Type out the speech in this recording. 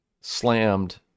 slammed